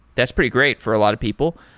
that's pretty great for a lot of people.